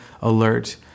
alert